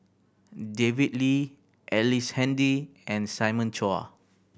David Lee Ellice Handy and Simon Chua